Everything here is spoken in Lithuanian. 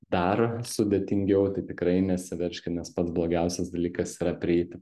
dar sudėtingiau tai tikrai nesiveržkit nes pats blogiausias dalykas yra prieiti